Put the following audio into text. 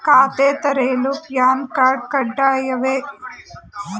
ಖಾತೆ ತೆರೆಯಲು PAN card ಕಡ್ಡಾಯವೇ?